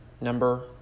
Number